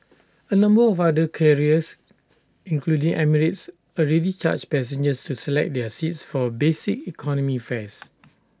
A number of other carriers including emirates already charge passengers to select their seats for basic economy fares